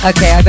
Okay